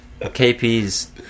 KP's